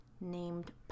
named